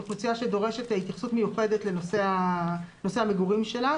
זו אוכלוסייה שדורשת התייחסות מיוחדת לנושא המגורים שלה,